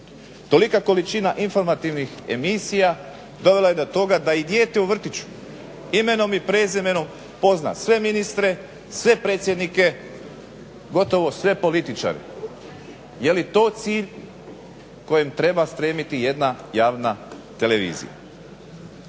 Tolika količina informativnih emisija dovela je do toga da i dijete u vrtiću imenom i prezimenom pozna sve ministre, sve predsjednike, gotovo sve političare. Je li to cilj kojem treba stremiti jedna javna televizija.